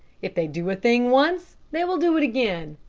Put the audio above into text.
if they do a thing once, they will do it again.